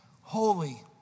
holy